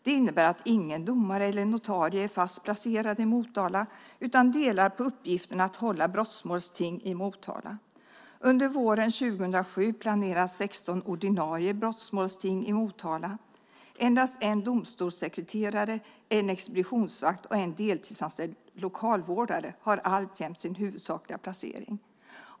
Det innebär att ingen domare eller notarie är fast placerad i Motala utan delar på uppgiften att hålla brottmålsting i Motala. Under våren 2007 planeras 16 ordinarie brottmålsting i Motala. Endast en domstolssekreterare, en expeditionsvakt och en deltidsanställd lokalvårdare har alltjämt sin huvudsakliga placering i Motala.